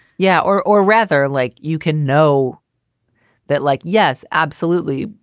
yeah or or rather like you can know that like. yes, absolutely.